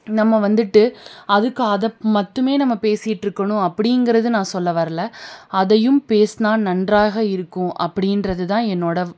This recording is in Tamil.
நம்ம வந்துட்டு அதுக்கு அதை மட்டும் நம்ம பேசிகிட்டு இருக்கணும் அப்படிங்கிறது நான் சொல்ல வர்ல அதையும் பேசுனா நன்றாக இருக்கும் அப்படின்றது தான் என்னோடய